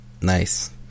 Nice